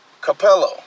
Capello